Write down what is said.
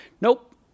Nope